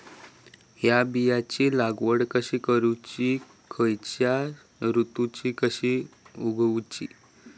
हया बियाची लागवड कशी करूची खैयच्य ऋतुत कशी उगउची?